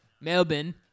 melbourne